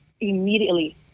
immediately